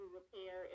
repair